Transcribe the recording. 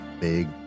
big